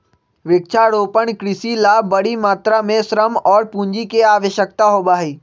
वृक्षारोपण कृषि ला बड़ी मात्रा में श्रम और पूंजी के आवश्यकता होबा हई